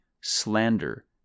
slander